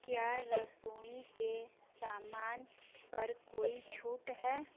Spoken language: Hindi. क्या रसोई के सामान पर कोई छूट है